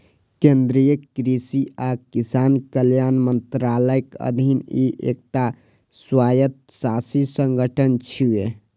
केंद्रीय कृषि आ किसान कल्याण मंत्रालयक अधीन ई एकटा स्वायत्तशासी संगठन छियै